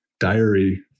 Diary